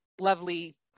lovely